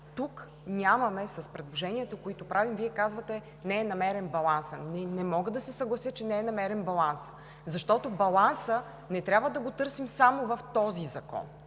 тук нямаме – в предложенията, които правим, Вие казвате, че не е намерен балансът. Не мога да се съглася, че не е намерен балансът, защото него не трябва да го търсим само в този закон.